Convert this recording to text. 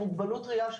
עם מוגבלות ראייה,